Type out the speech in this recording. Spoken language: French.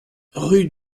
rue